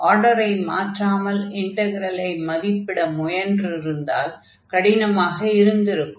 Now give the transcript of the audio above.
ஆர்டரை மாற்றாமல் இன்டக்ரல்லை மதிப்பிட முயன்று இருந்தால் கடினமாக இருந்திருக்கும்